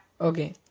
okay